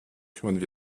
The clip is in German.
kümmern